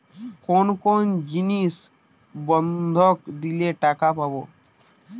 কোন কোন জিনিস বন্ধক দিলে টাকা পাব?